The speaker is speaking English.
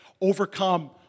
overcome